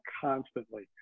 constantly